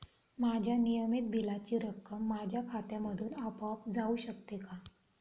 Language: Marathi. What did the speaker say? माझ्या नियमित बिलाची रक्कम माझ्या खात्यामधून आपोआप जाऊ शकते का?